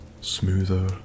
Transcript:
smoother